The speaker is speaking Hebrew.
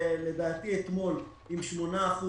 לדעתי, אתמול היינו עם 8%